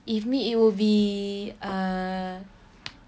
if me it will be err